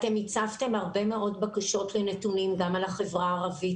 אתם הצפתם הרבה מאוד בקשות ונתונים גם על החברה הערבית